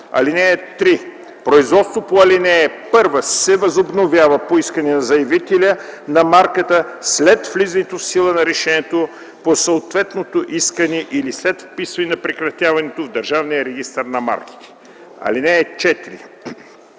орган. (3) Производството по ал. 1 се възобновява по искане на заявителя на марката след влизането в сила на решението по съответното искане или след вписване на прекратяването в Държавния регистър на марките. (4)